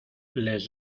les